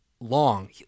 Long